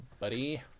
buddy